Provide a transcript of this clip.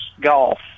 golf